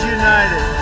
united